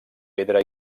pedra